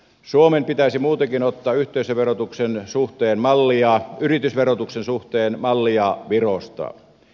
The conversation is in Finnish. suomen pitäisi muutenkin ottaa yritysverotuksen suhteen mallia virosta